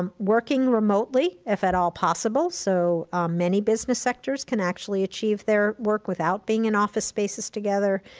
um working remotely, if at all possible, so many business sectors can actually achieve their work without being in office spaces together.